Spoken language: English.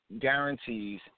guarantees